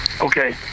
Okay